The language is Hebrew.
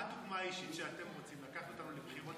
מה הדוגמה אישית, שאתם רוצים לקחת אותנו לבחירות